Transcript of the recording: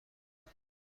بود